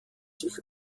sich